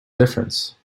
difference